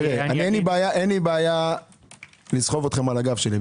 אין לי בעיה לסחוב אתכם על הגב שלי.